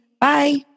Bye